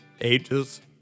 ages